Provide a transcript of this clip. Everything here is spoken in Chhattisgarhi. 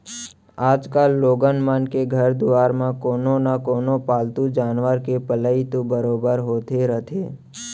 आजकाल लोगन मन के घर दुवार म कोनो न कोनो पालतू जानवर के पलई तो बरोबर होते रथे